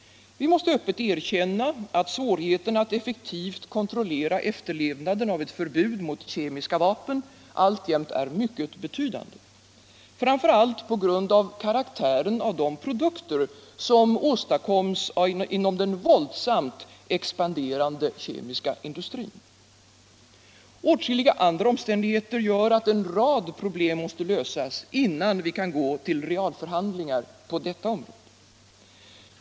Vi måste öppet erkänna att svårigheterna att effektivt kontrollera efterlevnaden av eu förbud mot kemiska vapen alltjämt är mycket betydande, framför allt på grund av karaktären av de produkter som åstadkoms inom den våldsamt expanderande kemiska industrin. Åtskilliga andra omständigheter gör att en rad problem måste debatt och valutapolitisk debatt lösas innan vi kan gå till realförhandlingar på detta område.